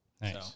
Nice